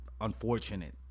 unfortunate